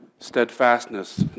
steadfastness